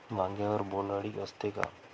वांग्यावर बोंडअळी असते का?